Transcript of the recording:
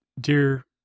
dear